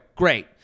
great